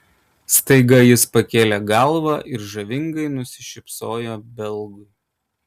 staiga jis pakėlė galvą ir žavingai nusišypsojo belgui